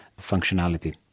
functionality